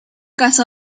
casó